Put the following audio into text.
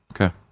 Okay